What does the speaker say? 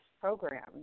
program